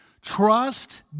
Trust